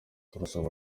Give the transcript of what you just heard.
turasaba